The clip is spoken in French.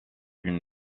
une